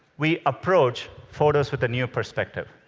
we approached photos with a new perspective.